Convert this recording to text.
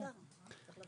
תודה,